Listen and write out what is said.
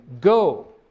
go